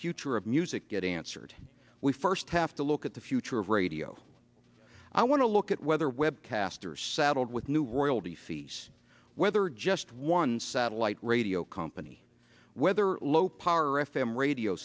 future of music get answered we first have to look at the future of radio i want to look at whether webcast are saddled with new royalty fees whether just one satellite radio company where low power f m radio